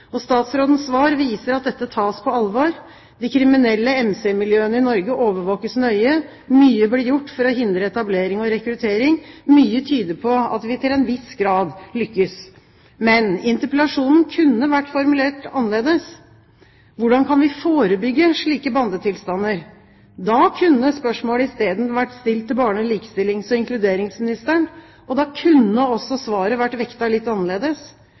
logisk. Statsrådens svar viser at dette tas på alvor. De kriminelle MC-miljøene i Norge overvåkes nøye. Mye blir gjort for å hindre etablering og rekruttering. Mye tyder på at vi til en viss grad lykkes. Men interpellasjonen kunne vært formulert annerledes: Hvordan kan vi forebygge slike bandetilstander? Da kunne spørsmålet i stedet vært stilt til barne-, likestillings- og inkluderingsministeren. Da kunne også svaret vært vektet litt annerledes.